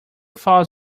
falls